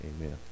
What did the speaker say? Amen